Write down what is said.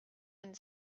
and